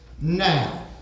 now